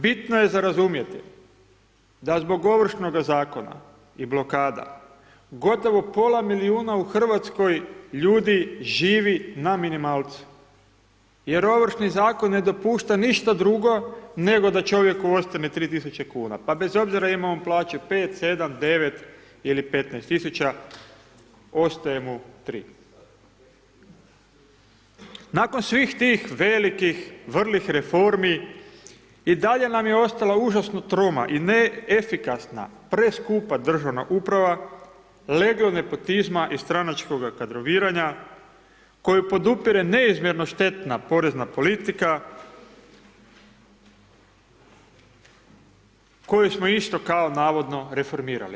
Bitno je za razumjeti da zbog Ovršnoga zakona i blokada, gotovo pola milijuna u Hrvatskoj ljudi živi na minimalcu jer Ovršni zakon ne dopušta ništa drugo nego da čovjeku ostane 3000 kuna pa bez obzora imao on plaću 5, 7, 9 ili 15 000, ostaje mu 3. Nakon svih tih velikih vrlih reformi, i dalje nam je ostalo užasno troma i neefikasna preskupa državna uprava, leglo nepotizma i stranačkoga kadroviranja koje podupire neizmjerno štetna porezna politika koju smo isto kao navodno, reformirali.